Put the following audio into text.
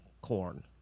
corn